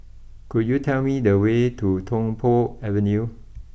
could you tell me the way to Tung Po Avenue